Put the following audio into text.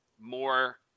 more